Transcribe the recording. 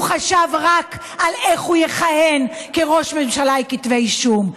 הוא חשב רק על איך הוא יכהן כראש ממשלה עם כתבי אישום.